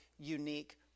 unique